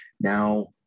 Now